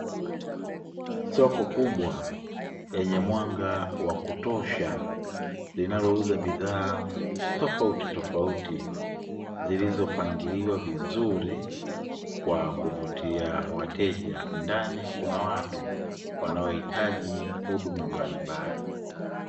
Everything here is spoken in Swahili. Soko kubwa lenye mwanga wa kutosha linalouza bidhaa tofautitofauti zilizopangiliwa vizuri kwa kuvutia wateja, ndani kuna watu wanaohitaji huduma mbalimbali.